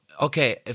okay